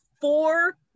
four